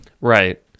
Right